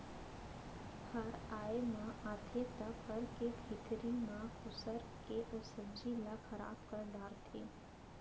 फर आए म आथे त फर के भीतरी म खुसर के ओ सब्जी ल खराब कर डारथे